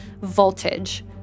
voltage